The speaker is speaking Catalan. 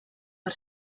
per